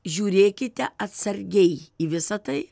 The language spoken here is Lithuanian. žiūrėkite atsargiai į visa tai